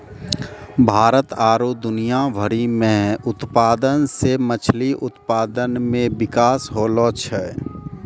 भारत आरु दुनिया भरि मे उत्पादन से मछली उत्पादन मे बिकास होलो छै